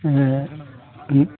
ए